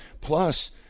plus